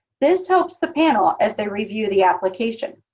this helps the panel as they review the application.